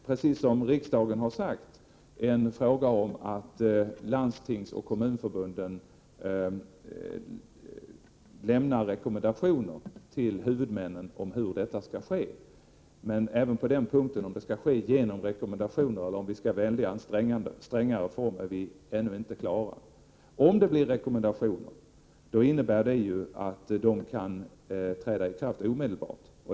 Precis som riksdagen har sagt skall landstingsoch kommunförbunden lämna rekommendationer till huvudmännen om hur detta skall ske. Om det blir rekommendationer eller om vi skall välja en strängare form är ännu inte klart. Om det blir rekommendationer kan dessa träda i kraft omedelbart.